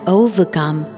overcome